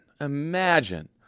imagine